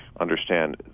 understand